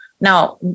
Now